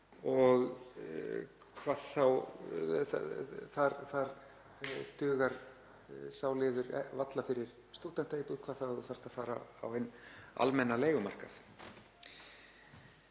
og þar dugar sá liður varla fyrir stúdentaíbúð, hvað þá ef þú þarft að fara á hinn almenna leigumarkað.